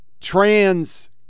trans